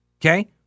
Okay